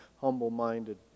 humble-minded